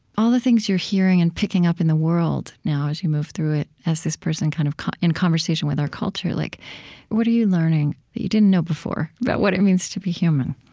all the things you're hearing and picking up in the world now, as you move through it as this person kind of in conversation with our culture like what are you learning that you didn't know before about what it means to be human?